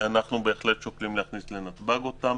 ואנחנו בהחלט שוקלים להכניסו אותן לנתב"ג,